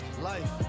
Life